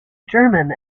german